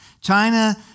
China